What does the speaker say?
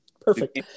Perfect